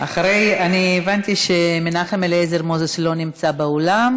הבנתי שמנחם אליעזר מוזס לא נמצא באולם.